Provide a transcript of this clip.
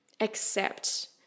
accept